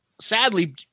sadly